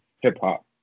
hip-hop